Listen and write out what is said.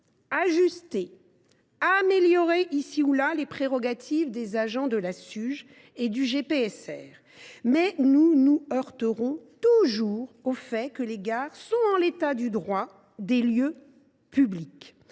ajuster ou renforcer, ici ou là, les prérogatives des agents de la Suge et du GPSR, mais nous nous heurterons toujours au fait que les gares sont, en l’état du droit, des lieux publics.